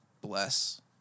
bless